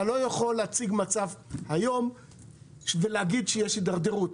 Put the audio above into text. אתה לא יכול להציג מצב היום ולהגיד שיש הידרדרות.